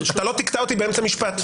אתה לא תקטע אותי באמצע משפט.